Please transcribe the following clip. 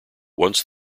once